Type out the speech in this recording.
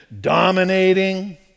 dominating